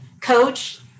coach